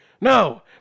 No